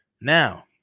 Now